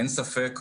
אין ספק,